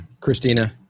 Christina